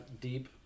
deep